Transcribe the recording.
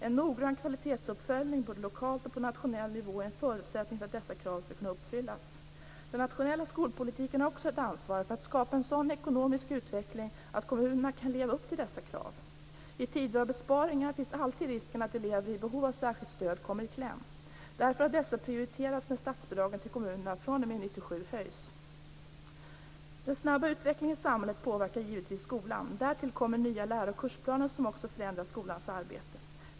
En noggrann kvalitetsuppföljning, både lokalt och på nationell nivå, är en förutsättning för att dessa krav skall kunna uppfyllas. Den nationella skolpolitiken har också ett ansvar för att skapa en sådan ekonomisk utveckling att kommunerna kan leva upp till dessa krav. I tider av besparingar finns alltid risken att elever i behov av särskilt stöd kommer i kläm. Därför har dessa prioriterats när statsbidragen till kommunerna fr.o.m. 1997 höjs. Den snabba utvecklingen i samhället påverkar givetvis skolan. Därtill kommer nya läro och kursplaner som också förändrar skolans arbete.